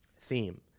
theme